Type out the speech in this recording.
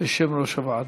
בשם יושב-ראש הוועדה.